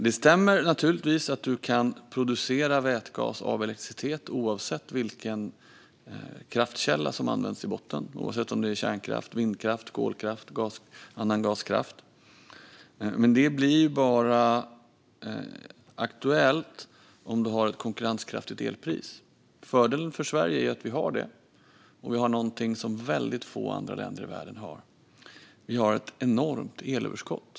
Det stämmer att vätgas kan produceras av elektricitet oavsett vilken kraftkälla som används i botten: kärnkraft, vindkraft, kolkraft eller annan gaskraft. Men det blir bara aktuellt om elpriset är konkurrenskraftigt. Fördelen för Sverige är att vi har det, och vi har dessutom något som ytterst få andra länder i världen har, nämligen ett enormt elöverskott.